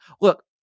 look